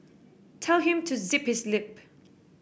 tell him to zip his lip